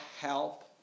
help